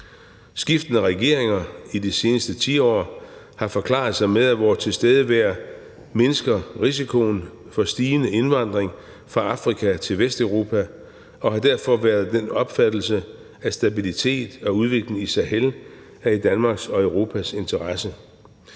Skiftende regeringer i de seneste 10 år har forklaret sig med, at vores tilstedeværelse mindsker risikoen for stigende indvandring fra Afrika til Vesteuropa, og har derfor været af den opfattelse, at stabilitet og udvikling i Sahel er i Danmarks og Europas interesse.